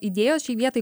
idėjos šiai vietai